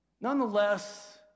Nonetheless